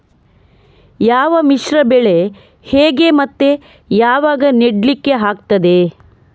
ಯಾವ ಮಿಶ್ರ ಬೆಳೆ ಹೇಗೆ ಮತ್ತೆ ಯಾವಾಗ ನೆಡ್ಲಿಕ್ಕೆ ಆಗ್ತದೆ?